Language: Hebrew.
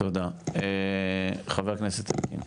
תודה, חבר הכנסת אלקין.